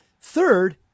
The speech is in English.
Third